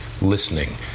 listening